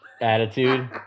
attitude